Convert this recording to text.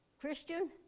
Christian